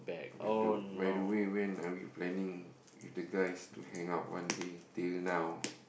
by the by the way when are we planning with the guys to hang out one day till now